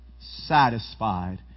satisfied